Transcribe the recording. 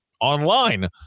online